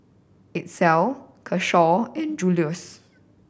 Itzel Keshawn and Juluis